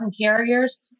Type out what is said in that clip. carriers